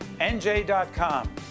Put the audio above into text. nj.com